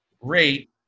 rate